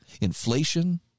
inflation